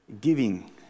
giving